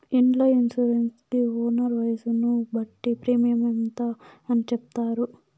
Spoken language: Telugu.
ఇండ్ల ఇన్సూరెన్స్ కి ఓనర్ వయసును బట్టి ప్రీమియం ఇంత అని చెప్తారు